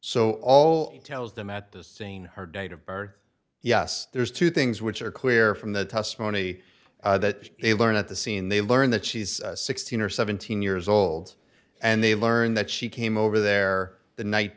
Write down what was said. so all tells them at the scene her date of birth yes there's two things which are clear from the testimony that they learn at the scene they learn that she's sixteen or seventeen years old and they learn that she came over there the night